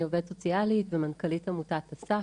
אני עובדת סוציאלית ומנכ"לית עמותת א.ס.ף